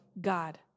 God